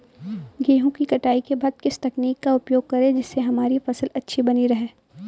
गेहूँ की कटाई के बाद किस तकनीक का उपयोग करें जिससे हमारी फसल अच्छी बनी रहे?